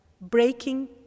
breaking